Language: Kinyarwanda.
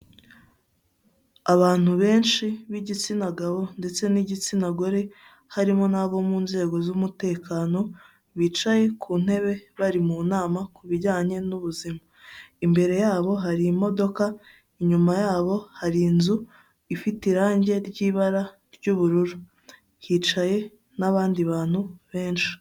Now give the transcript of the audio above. Abantu benshi b' igitsina gabo, ndetse n'igitsina gore, harimo nabo mu nzego z'umutekano bicaye ku ntebe bari mu nama ku bijyanye n'ubuzima, imbere yabo hari imodoka inyuma yabo hari inzu ifite irangi ry' ibara ry' ubururu hicaye n' abandi bantu benshi.